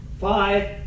five